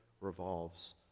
revolves